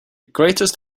greatest